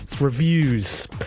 Reviews